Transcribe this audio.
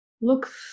look